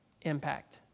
impact